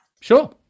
Sure